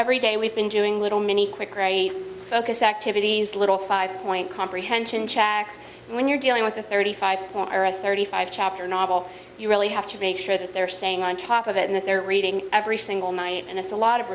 every day we've been doing little mini quicker a focus activities little five point comprehension checks when you're dealing with a thirty five thirty five chapter novel you really have to make sure that they're staying on top of it and that they're reading every single night and it's a lot of